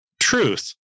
truth